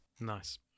Nice